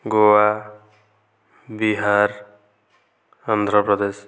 Goa Bihar Andhra Pradesh